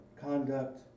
conduct